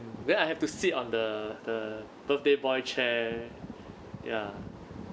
then I have to sit on the the birthday boy chair ya